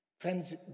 Friends